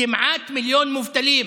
כמעט מיליון מובטלים.